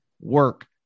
work